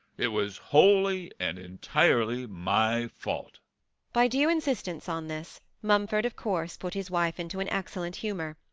it was wholly and entirely my fault by due insistence on this, mumford of course put his wife into an excellent humour,